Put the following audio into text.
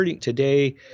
today